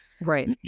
Right